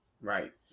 Right